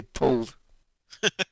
pulled